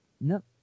no